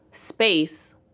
space